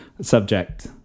subject